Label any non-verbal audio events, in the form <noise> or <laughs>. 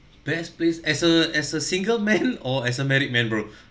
best place as a as a single man <laughs> or as a married man bro